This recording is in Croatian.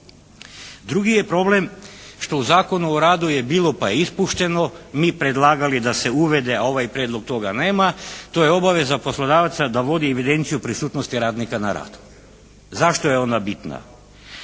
Drugi je problem što u Zakonu o radu je bilo pa ispušteno, mi predlagali da se uvede ovaj prijedlog, toga nema, to je obaveza poslodavca da vodi evidenciju prisutnosti radnika na radu. Zašto je ona bitna?